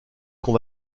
qu’on